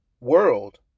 world